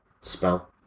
spell